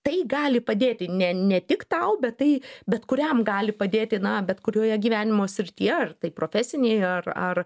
tai gali padėti ne ne tik tau bet tai bet kuriam gali padėti na bet kurioje gyvenimo srityje ar tai profesinėj ar ar